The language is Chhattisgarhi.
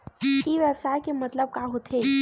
ई व्यवसाय के मतलब का होथे?